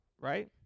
right